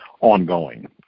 ongoing